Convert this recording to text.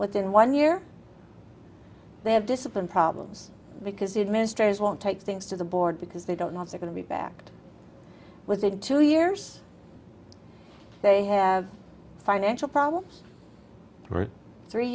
within one year they have discipline problems because the ministers won't take things to the board because they don't know if they're going to be backed within two years they have financial problems or three